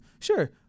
sure